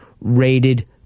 rated